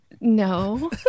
No